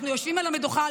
אנחנו יושבים על המדוכה,